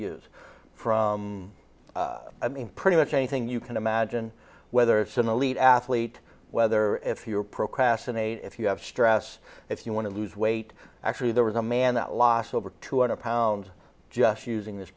use from i mean pretty much anything you can imagine whether it's an elite athlete whether you're procrastinating if you have stress if you want to lose weight actually there was a man that lost over two hundred pounds just using this